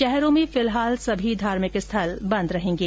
शहरों में फिलहाल सभी धार्मिक स्थल बंद रहेंगे